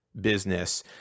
business